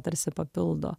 tarsi papildo